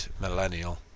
millennial